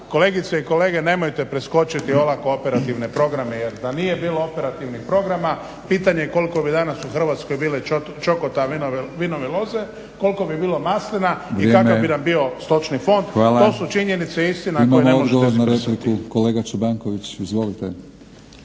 kolegice i kolege nemojte preskočiti olako operativne programe jer da nije bilo operativnih programa pitanje je koliko bi danas u Hrvatskoj bilo čokota vinove loze, koliko bi bilo maslina i kakav bi nam bio stočni fond. …/Upadica Batinić: Vrijeme. Hvala./… To su činjenice i istina koju ne možete… **Batinić, Milorad (HNS)** Imamo odgovor na repliku, kolega Čobanković. Izvolite.